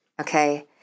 Okay